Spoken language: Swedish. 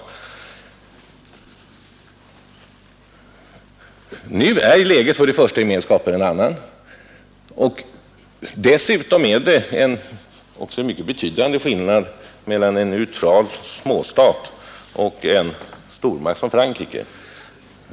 Nu är läget i Gemenskapen ett annat. Dessutom är det också en mycket betydande skillnad mellan en neutral småstat och en stormakt som Frankrike.